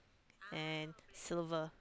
and silver